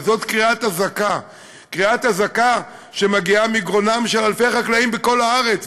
וזאת קריאת אזעקה שמגיעה מגרונם של אלפי חקלאים בכל הארץ,